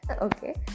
okay